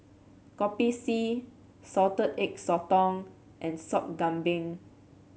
Kopi C Salted Egg Sotong and Sop Kambing